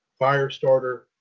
Firestarter